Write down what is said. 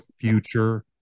future